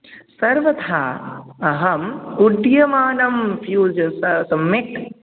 सर्वथा अहम् उड्ड्यमानं फ़्यूज़् सः सम्यक्